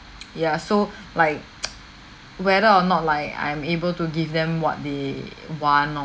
ya so like whether or not like I'm able to give them what they want or